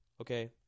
Okay